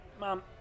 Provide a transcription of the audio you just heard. Mom